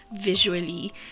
visually